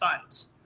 funds